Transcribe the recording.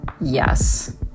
Yes